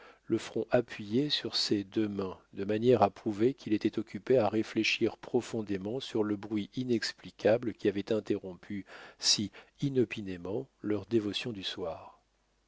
le front appuyé sur ses deux mains de manière à prouver qu'il était occupé à réfléchir profondément sur le bruit inexplicable qui avait interrompu si inopinément leurs dévotions du soir